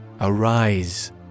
arise